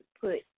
put